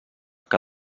que